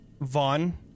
Vaughn